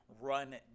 run